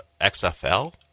XFL